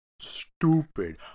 stupid